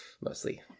mostly